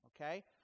Okay